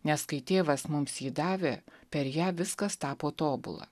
nes kai tėvas mums jį davė per ją viskas tapo tobula